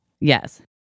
Yes